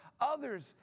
others